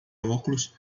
óculos